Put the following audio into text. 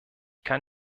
kann